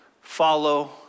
follow